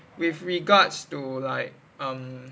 with regards to like um